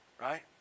right